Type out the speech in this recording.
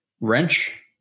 Wrench